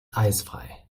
eisfrei